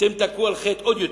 אתם תכו על חטא עוד יותר.